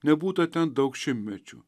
nebūta ten daug šimtmečių